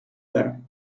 there